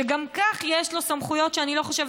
שגם כך יש לו סמכויות שאני לא חושבת